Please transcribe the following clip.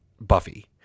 buffy